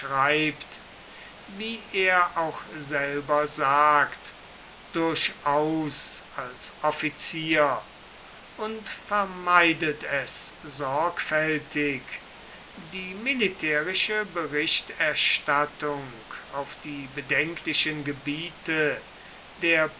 schreibt wie er auch selber sagt durchaus als offizier und vermeidet es sorgfältig die militärische berichterstattung auf die bedenklichen gebiete der